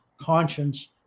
conscience